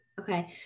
Okay